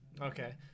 Okay